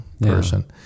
person